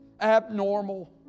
abnormal